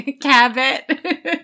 Cabot